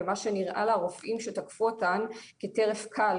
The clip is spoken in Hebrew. במה שנראה לרופאים שתקפו אותן כטרף קל,